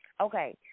okay